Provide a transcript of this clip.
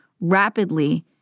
rapidly